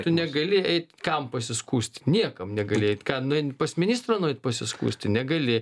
tu negali eit kam pasiskųst niekam negali eit ką nueini pas ministrą nueit pasiskųsti negali